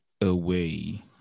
Away